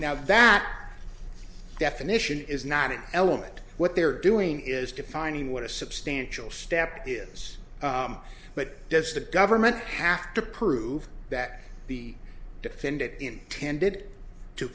now that definition is not an element what they're doing is defining what a substantial step is but does the government have to prove that the defendant intended to